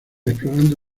explorando